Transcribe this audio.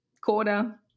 quarter